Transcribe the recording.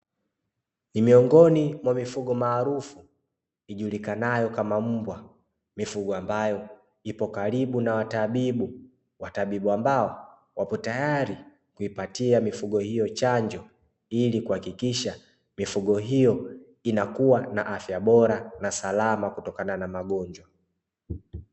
Ni miongoni mwa mifugo maarufu mifugo ijulikanayo kama mbwa, mifugo ambayo ipo karibu na watabibu ambao wapo tayari kuwapatia mifugo hiyo chanjo, ili kuhakikisha mifugo hiyo inakuwa na afya bora na salama kutokana na magonjwa.